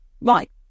right